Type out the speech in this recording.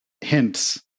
hints